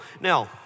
Now